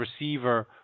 receiver